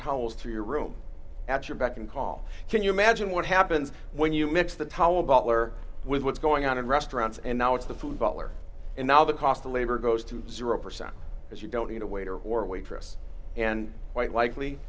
through your room at your beck and call can you imagine what happens when you mix the towel bottler with what's going on in restaurants and now it's the food dollar and now the cost of labor goes to zero percent as you don't need a waiter or waitress and quite likely